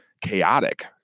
chaotic